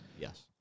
Yes